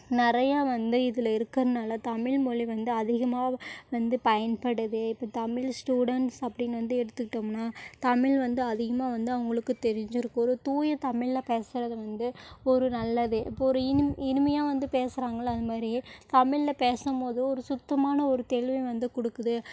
நிறையா வந்து இதில் இருக்கிறனால தமிழ் மொழி வந்து அதிகமாக வந்து பயன்படுது இப்போ தமிழ் ஸ்டூடெண்ட்ஸ் அப்படின்னு வந்து எடுத்துக்கிட்டோம்னால் தமிழ் வந்து அதிகமாக வந்து அவங்களுக்கு தெரிஞ்சிருக்குது ஒரு தூய தமிழ்ல பேசுகிறது வந்து ஒரு நல்லது இப்போ ஒரு இனி இனிமையாக வந்து பேசுகிறாங்கல்ல அது மாதிரி தமிழ்ல பேசும் போது ஒரு சுத்தமான ஒரு தெளிவு வந்து கொடுக்குது